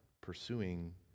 pursuing